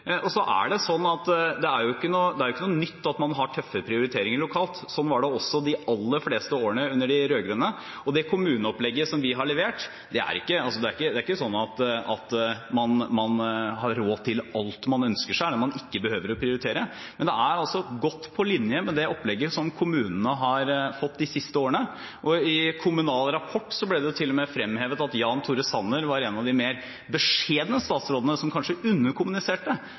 Det er ikke noe nytt at man har tøffe prioriteringer lokalt. Sånn var det også de aller fleste årene under de rød-grønne. Og det kommuneopplegget vi har levert, er ikke sånn at man har råd til alt man ønsker seg, og ikke behøver å prioritere. Men det er godt på linje med det opplegget som kommunene har fått de siste årene. I Kommunal Rapport ble det til og med fremhevet at Jan Tore Sanner var en av de mer beskjedne statsrådene, som kanskje underkommuniserte